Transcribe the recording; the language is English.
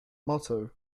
motto